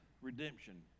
redemption